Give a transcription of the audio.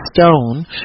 stone